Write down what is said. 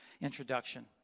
introduction